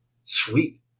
Sweet